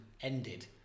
ended